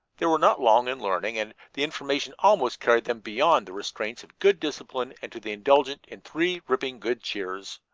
they were not long in learning, and the information almost carried them beyond the restraints of good discipline and to the indulgence in three ripping good cheers.